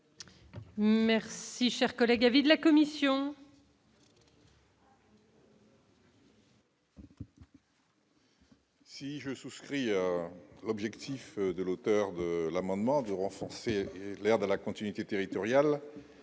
Merci, cher collègue, avis de la commission. Si je souscris, l'objectif de l'auteur de l'amendement de renforcer l'air de la continuité territoriale,